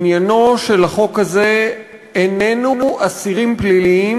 עניינו של החוק הזה איננו אסירים פליליים,